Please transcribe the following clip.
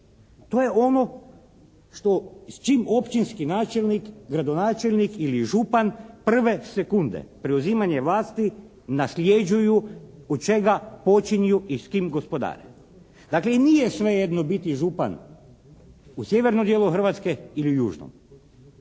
To je ono što, s čim općinski načelnik, gradonačelnik ili župan prve sekunde preuzimanja vlasti nasljeđuju, od čega počinju i s tim gospodare. Dakle, i nije svejedno biti župan u sjevernom dijelu Hrvatske ili u južnom.